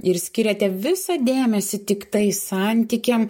ir skiriate visą dėmesį tiktai santykiam